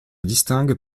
distinguent